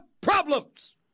problems